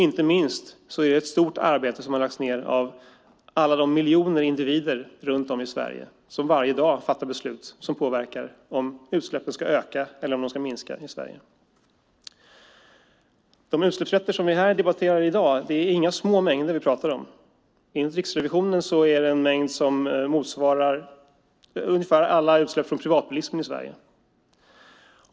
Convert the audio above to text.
Inte minst har ett stort arbete lagts ned av alla de miljoner individer runt om i Sverige som varje dag fattar beslut som påverkar om utsläppen ska öka eller minska i Sverige. I fråga om de utsläppsrätter som vi debatterar i dag är det inga små mängder vi pratar om. Enligt Riksrevisionen är det en mängd som motsvarar ungefär alla utsläpp från privatbilismen i Sverige.